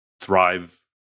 thrive